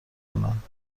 کنند